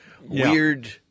Weird